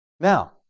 Now